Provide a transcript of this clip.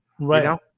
Right